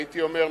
הייתי אומר,